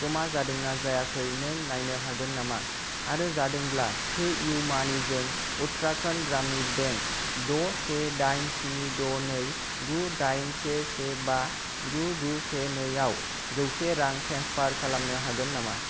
ज'मा जादोंना जायाखै नों नायनो हागोन नामा आरो जादोंब्ला पेइउ मानिजों उत्तराखन्ड ग्रामिन बेंक द' से दाइन स्नि द' नै गु दाइन से से बा गु गु से नै आव जौसे रां ट्रेन्सफार खालामनो हागोन नामा